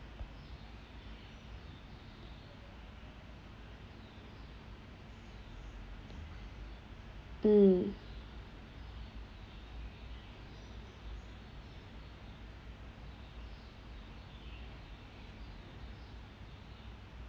mm